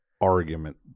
argument